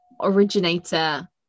originator